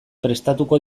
prestatuko